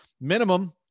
Minimum